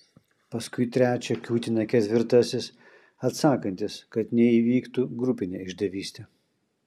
paskui trečią kiūtina ketvirtasis atsakantis kad neįvyktų grupinė išdavystė